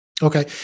Okay